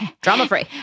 Drama-free